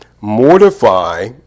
Mortify